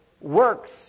works